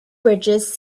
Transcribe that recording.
bridges